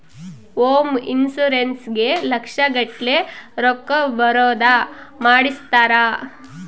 home insurance ಗೇ ಲಕ್ಷ ಗಟ್ಲೇ ರೊಕ್ಕ ಬರೋದ ಮಾಡ್ಸಿರ್ತಾರ